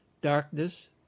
darkness